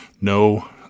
No